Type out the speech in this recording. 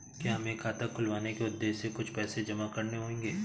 क्या हमें खाता खुलवाने के उद्देश्य से कुछ पैसे जमा करने होंगे?